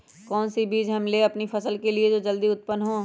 कौन सी बीज ले हम अपनी फसल के लिए जो जल्दी उत्पन हो?